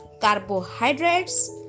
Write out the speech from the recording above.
carbohydrates